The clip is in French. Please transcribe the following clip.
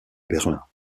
berlin